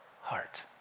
heart